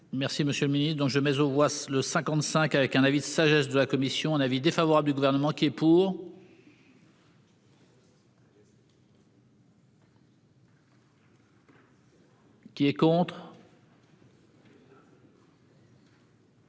Merci, monsieur le Ministre dont je mais on voit le 55 avec un avis de sagesse de la commission un avis défavorable du gouvernement qui est pour.-- Qui s'abstient.